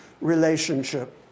relationship